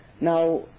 Now